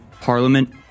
parliament